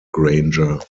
granger